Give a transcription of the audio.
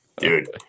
dude